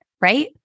right